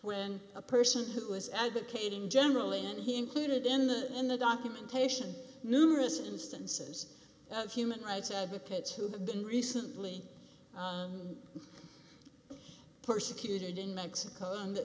when a person who is advocating generally and he included in the in the documentation numerous instances of human rights advocates who have been recently persecuted in mexico in th